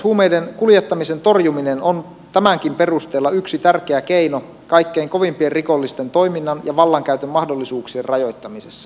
huumeiden kuljettamisen torjuminen on tämänkin perusteella yksi tärkeä keino kaikkein kovimpien rikollisten toiminnan ja vallankäytön mahdollisuuksien rajoittamisessa